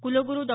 कुलगुरू डॉ